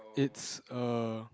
it's a